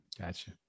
Gotcha